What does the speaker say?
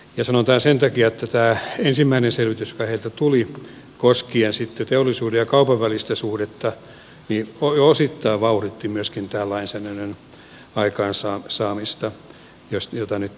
sanon tämän sen takia että tämä ensimmäinen selvitys joka heiltä tuli koskien sitten teollisuuden ja kaupan välistä suhdetta osittain vauhditti myöskin tämän lainsäädännön aikaansaamista jota nyt tällä käsitellään